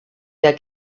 der